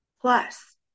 Plus